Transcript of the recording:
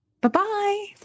Bye-bye